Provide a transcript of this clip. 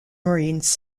marines